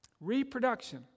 Reproduction